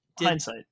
hindsight